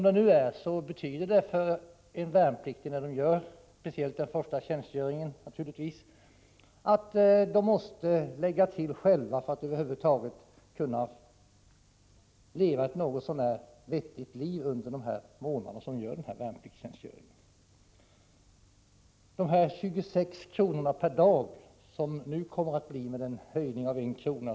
Det betyder att de värnpliktiga, speciellt under den första tjänstgöringen, själva måste lägga till pengar för att kunna leva ett något så när vettigt liv under de månader då de gör denna värnpliktstjänstgöring. De 26 kr. per dag som kommer att utgå efter den höjning med 1 kr.